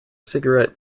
cigarette